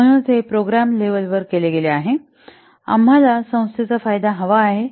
म्हणूनच हे program level वर केले गेले आहे आम्हाला संस्थेचा फायदा हवा आहे